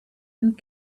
and